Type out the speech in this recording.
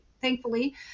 thankfully